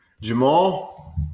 Jamal